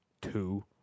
two